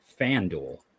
FanDuel